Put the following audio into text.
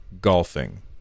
golfing